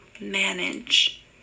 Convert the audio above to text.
manage